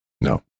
No